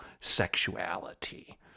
sexuality